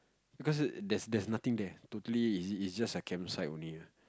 because there's there's nothing there totally is is just a camp site only ah